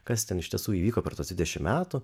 kas ten iš tiesų įvyko per tuos dvidešimt metų